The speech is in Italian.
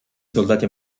soldati